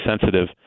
sensitive